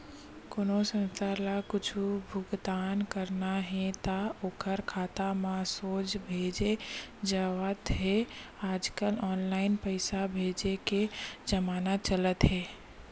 कोनो संस्था ल कुछ भुगतान करना हे त ओखर खाता म सोझ भेजे जावत हे आजकल ऑनलाईन पइसा भेजे के जमाना चलत हे